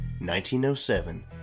1907